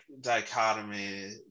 dichotomy